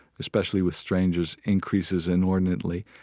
especially with strangers, increases inordinately.